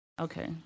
Okay